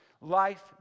life